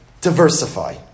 Diversify